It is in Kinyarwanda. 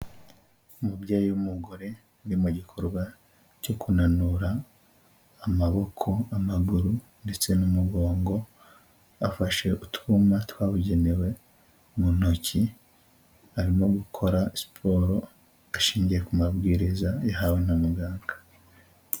Umubyeyi w'umugore uri mu gikorwa cyo kunanura amaboko, amaguru, ndetse n'umugongo, afashe utwuma twabugenewe mu ntoki arimo gukora siporo ashingiye ku mabwiriza yahawe na muganga.